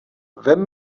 vem